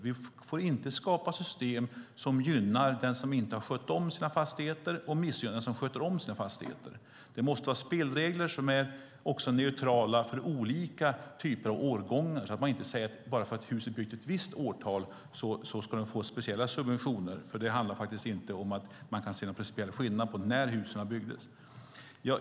Vi får inte skapa system som gynnar den som inte har skött om sina fastigheter och missgynnar den som sköter om sina fastigheter. Det måste vara spelregler som är neutrala för olika typer av årgångar, så att man inte säger att bara för att huset är byggt ett visst årtal ska man få speciella subventioner. Man kan faktiskt inte se någon principiell skillnad på när husen byggdes.